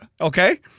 Okay